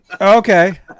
Okay